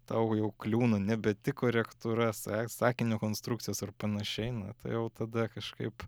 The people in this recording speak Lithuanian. tau jau kliūna ne be tik korektūras sakinio konstrukcijos ar panašiai na tai jau tada kažkaip